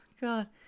god